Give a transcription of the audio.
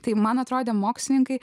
tai man atrodė mokslininkai